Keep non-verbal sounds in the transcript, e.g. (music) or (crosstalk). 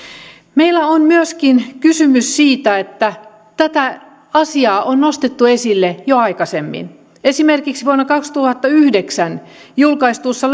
on myöskin kysymys siitä että tätä asiaa on nostettu esille jo aikaisemmin esimerkiksi vuonna kaksituhattayhdeksän julkaistussa (unintelligible)